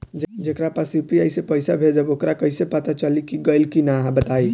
जेकरा पास यू.पी.आई से पईसा भेजब वोकरा कईसे पता चली कि गइल की ना बताई?